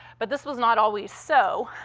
but this was not always so.